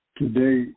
today